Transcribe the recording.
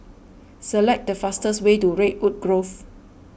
select the fastest way to Redwood Grove